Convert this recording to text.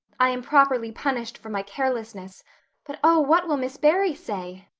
i am properly punished for my carelessness but oh, what will miss barry say?